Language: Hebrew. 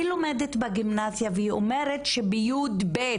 היא לומדת בגימנסיה והיא אומרת שב-יב'